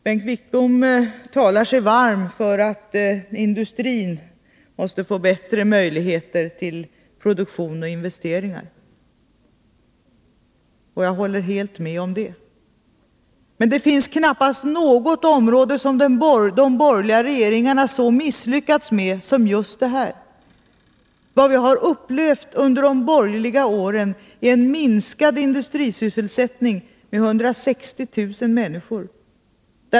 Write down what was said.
Bengt Wittbom talar sig varm för att industrin måste få bättre möjligheter till produktion och investeringar, och jag håller helt med om det. Men det finns knappast något område som de borgerliga regeringarna så misslyckats med som just detta. Vad vi har upplevt under de borgerliga åren är en minskning av industrisysselsättningen med 160 000 människor.